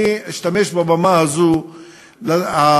אני אשתמש בבמה הזאת הערב,